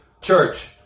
church